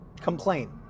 complain